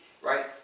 right